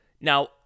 Now